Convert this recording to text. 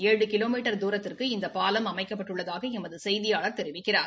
ஏழு கிலோமீட்டர் துரத்திற்கு இந்த பாலம் அமைக்கப்பட்டுள்ளதாக எமது செய்தியாளர் தெரிவிக்கிறார்